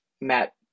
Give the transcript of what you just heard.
Matt